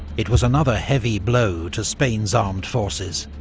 it was another heavy blow to spain's armed forces.